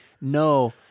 no